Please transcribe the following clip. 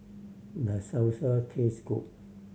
does Salsa taste good